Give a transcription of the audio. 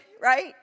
right